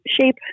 shape